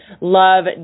love